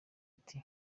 ati